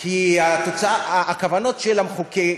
כי הכוונות של המחוקק,